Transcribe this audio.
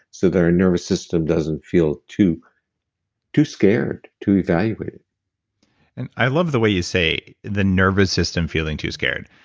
so that our nervous system doesn't feel too too scared to evaluate it and i love the way you say the nervous system feeling too scared,